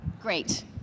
Great